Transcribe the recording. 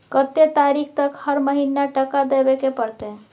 कत्ते तारीख तक हर महीना टका देबै के परतै?